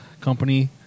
company